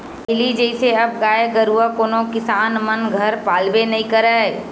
पहिली जइसे अब गाय गरुवा कोनो किसान मन घर पालबे नइ करय